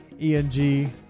ENG